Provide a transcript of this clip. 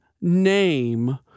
name